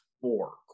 four